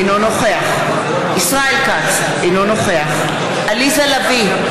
אינו נוכח ישראל כץ, אינו נוכח עליזה לביא,